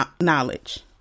knowledge